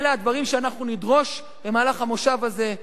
אלה הדברים שנדרוש במהלך המושב הזה,